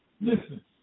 Listen